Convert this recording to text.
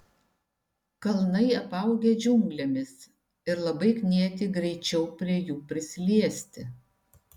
kalnai apaugę džiunglėmis ir labai knieti greičiau prie jų prisiliesti